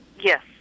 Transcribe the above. Yes